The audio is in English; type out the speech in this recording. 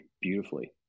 beautifully